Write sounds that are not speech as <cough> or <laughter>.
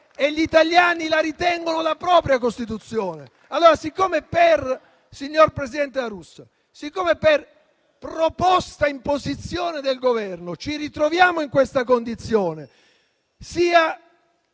e gli italiani la ritengono la propria Costituzione. <applause> Allora, signor presidente La Russa, siccome per proposta e imposizione del Governo ci ritroviamo in questa condizione sia